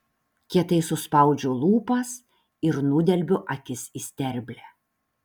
kietai suspaudžiu lūpas ir nudelbiu akis į sterblę